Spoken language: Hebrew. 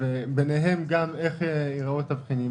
וגם לגבי איך יראו התבחינים,